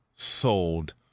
Sold